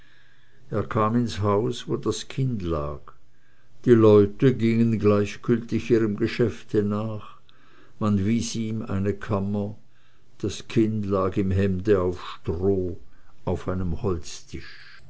er kam ins haus wo das kind lag die leute gingen gleichgültig ihrem geschäfte nach man wies ihm eine kammer das kind lag im hemde auf stroh auf einem holztisch